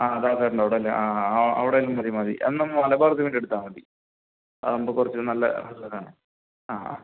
ആ ദാസേട്ടൻ്റെ അവിടെ അല്ലെ ആ അ അവിടേലും മതി മതി എന്നാ മലബാർ സിമൻറ്റ് എടുത്താൽ മതി അതാകുമ്പോൾ കുറച്ച് നല്ല നല്ലതാണ് ആ